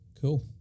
Cool